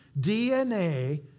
DNA